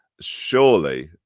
Surely